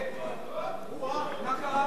מה קרה?